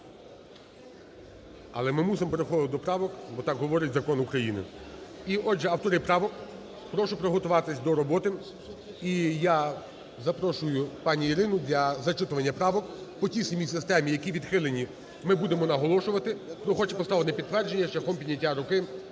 Але ми мусимо переходити до правок, бо так говорить закон України. І, отже, автора правок прошу приготуватись до роботи. І я запрошую пані Ірину для зачитування правок по тій самій системі, які відхилені, ми будемо наголошувати, хто хоче поставити на підтвердження шляхом підняття руки,